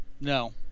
No